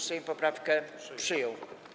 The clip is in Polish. Sejm poprawkę przyjął.